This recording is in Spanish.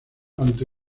ante